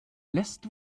lässt